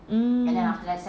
mmhmm